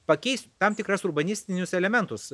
pakeist tam tikras urbanistinius elementus